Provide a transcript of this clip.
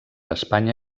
espanya